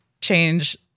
change